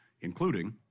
including